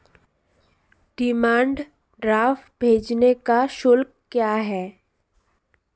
Demand draft भेजने का शुल्क क्या है?